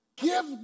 Give